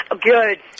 Good